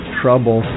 trouble